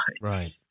Right